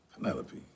Penelope